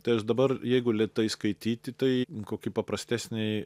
tai aš dabar jeigu lėtai skaityti tai kokį paprastesnį